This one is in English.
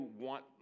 want